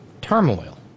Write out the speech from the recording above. turmoil